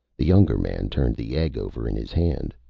the younger man turned the egg over in his hand.